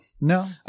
No